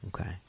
Okay